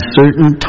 certain